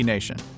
Nation